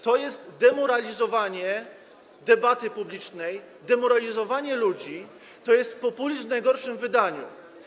To jest demoralizowanie debaty publicznej, demoralizowanie ludzi, to jest populizm w najgorszym wydaniu.